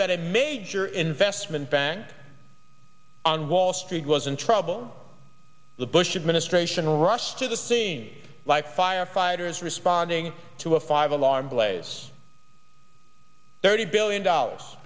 that a major investment bank on wall street was in trouble the bush administration rushed to the scene life firefighters responding to a five alarm blaze thirty billion dollars